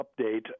update